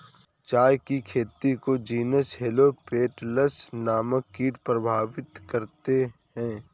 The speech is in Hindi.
चाय की खेती को जीनस हेलो पेटल्स नामक कीट प्रभावित करते हैं